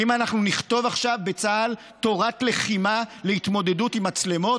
האם אנחנו נכתוב עכשיו בצה"ל תורת לחימה להתמודדות עם מצלמות?